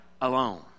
alone